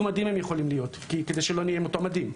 מדים הם יכולים להיות כדי שלא נהיה עם אותם מדים,